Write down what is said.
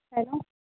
hello